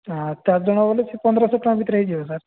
ହଁ ଚାରି ଜଣ ଗଲେ ସେ ପନ୍ଦରଶହ ଟଙ୍କା ଭିତରେ ହୋଇଯିବ ସାର୍